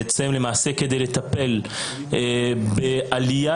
על מנת לטפל בעלייה,